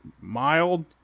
mild